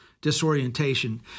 Disorientation